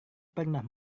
pernah